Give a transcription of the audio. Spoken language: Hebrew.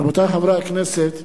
רבותי חברי הכנסת,